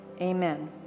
Amen